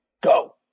go